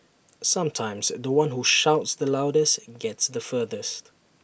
sometimes The One who shouts the loudest gets the furthest